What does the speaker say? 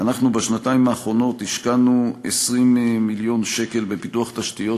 אנחנו בשנתיים האחרונות השקענו 20 מיליון שקל בפיתוח תשתיות